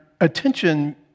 attention